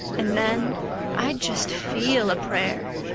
and then i'd just feel a prayer.